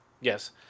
Yes